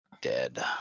dead